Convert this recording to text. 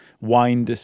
wine